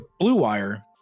BLUEWIRE